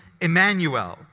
Emmanuel